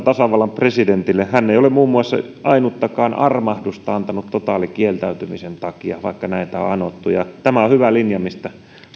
tasavallan presidentille hän ei ole muun muassa ainuttakaan armahdusta antanut totaalikieltäytymisen takia vaikka näitä on anottu tämä on hyvä linja mistä